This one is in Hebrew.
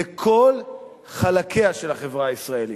לכל חלקיה של החברה הישראלית.